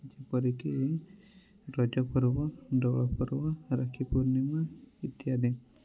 ଯେପରି କି ରଜ ପର୍ବ ଦୋଳ ପର୍ବ ରାକ୍ଷୀ ପୂର୍ଣ୍ଣିମା ଇତ୍ୟାଦି